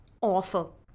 awful